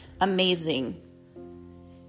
amazing